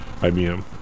IBM